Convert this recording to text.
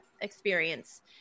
experience